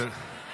גב' נעמה.